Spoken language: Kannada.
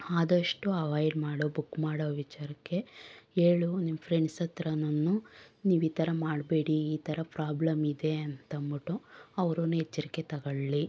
ಆದಷ್ಟು ಅವಾಯ್ಡ್ ಮಾಡು ಬುಕ್ ಮಾಡೋ ವಿಚಾರಕ್ಕೆ ಹೇಳು ನಿನ್ನ ಫ್ರೆಂಡ್ಸತ್ರನೂ ನೀವು ಈ ಥರ ಮಾಡಬೇಡಿ ಈ ಥರ ಪ್ರಾಬ್ಲಮ್ಮಿದೆ ಅಂತಂದ್ಬಿಟ್ಟು ಅವರೂ ಎಚ್ಚರಿಕೆ ತಗೊಳ್ಳಿ